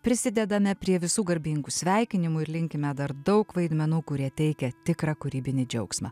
prisidedame prie visų garbingų sveikinimų ir linkime dar daug vaidmenų kurie teikia tikrą kūrybinį džiaugsmą